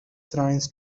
shrines